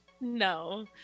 no